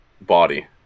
body